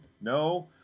No